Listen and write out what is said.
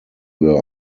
were